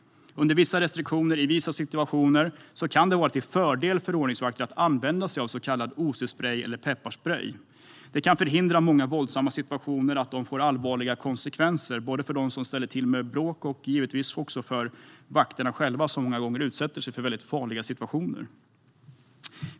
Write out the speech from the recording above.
Under vissa restriktioner i vissa situationer kan det vara till fördel för ordningsvakter att använda OC-sprej eller pepparsprej. Det kan förhindra att många våldsamma situationer får allvarliga konsekvenser, både för dem som ställer till bråk och givetvis också för ordningsvakterna själva, som kan hamna i många farliga och utsatta situationer.